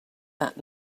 that